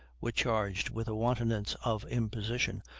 were charged with a wantonness of imposition,